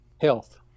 health